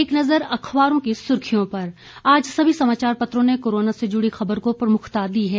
एक नज़र अखबारों की सुर्खियों पर आज सभी समाचार पत्रों ने कोरोना से जुड़ी खबर को प्रमुखता दी है